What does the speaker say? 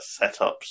setups